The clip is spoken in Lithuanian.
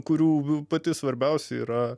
kurių pati svarbiausia yra